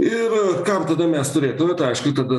ir kam tada mes turėtume aišku tada